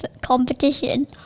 competition